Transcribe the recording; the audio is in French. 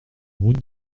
route